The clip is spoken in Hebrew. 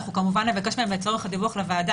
אנחנו כמובן נבקש לצורך הדיווח לוועדה